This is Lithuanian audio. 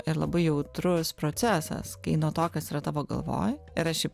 ir labai jautrus procesas kai nuo to kas yra tavo galvoj ir aš